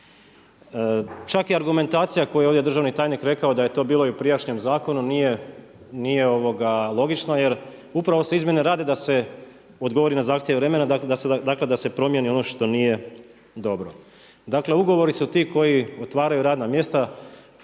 Čak i argumentacija koju je ovdje državni tajnik rekao da je to bilo i u prijašnjem zakonu nije logično jer upravo se izmjene rade da se odgovori na zahtjev vremena, dakle da se promijeni ono što nije dobro. Dakle ugovori su ti koji otvaraju radna mjesta,